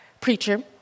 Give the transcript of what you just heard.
preacher